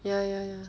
ya ya ya